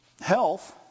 health